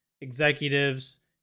executives